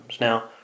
Now